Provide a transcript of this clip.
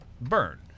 burn